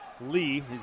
Lee